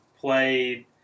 played